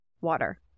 water